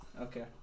Okay